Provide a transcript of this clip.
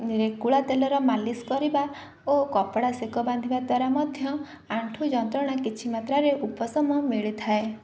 ନିକୁଳା ତେଲର ମାଲିସ କରିବା ଓ କପଡ଼ା ସେକ ବାନ୍ଧିବା ଦ୍ୱାରା ମଧ୍ୟ ଆଣ୍ଠୁ ଯନ୍ତ୍ରଣା କିଛି ମାତ୍ରାରେ ଉପଶମ ମିଳିଥାଏ